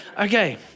Okay